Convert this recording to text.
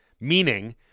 meaning